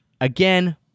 again